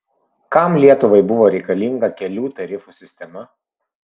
kam lietuvai buvo reikalinga kelių tarifų sistema